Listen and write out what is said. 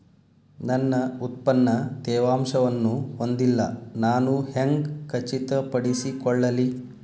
ನನ್ನ ಉತ್ಪನ್ನ ತೇವಾಂಶವನ್ನು ಹೊಂದಿಲ್ಲಾ ನಾನು ಹೆಂಗ್ ಖಚಿತಪಡಿಸಿಕೊಳ್ಳಲಿ?